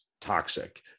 toxic